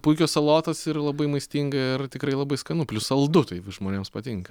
puikios salotos ir labai maistinga ir tikrai labai skanu saldu tai žmonėms patinka